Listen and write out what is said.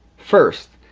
first,